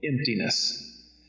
emptiness